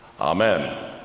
Amen